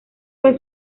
fue